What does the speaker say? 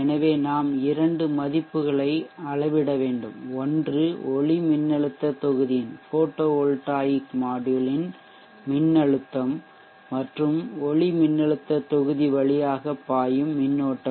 எனவே நாம் இரண்டு மதிப்புகளை அளவிட வேண்டும் ஒன்று ஒளிமின்னழுத்த தொகுதியின் மின்னழுத்தம் மற்றொன்று ஒளிமின்னழுத்த தொகுதி வழியாக பாயும் மின்னோட்டம்